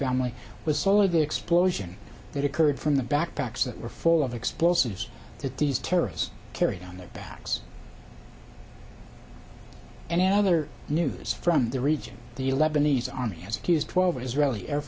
family with soul of the explosion that occurred from the backpacks that were full of explosives that these terrorists carried on their backs and in other news from the region the lebanese army has accused twelve israeli air